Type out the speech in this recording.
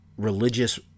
Religious